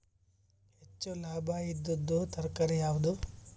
ಹೆಚ್ಚು ಲಾಭಾಯಿದುದು ತರಕಾರಿ ಯಾವಾದು?